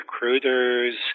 recruiters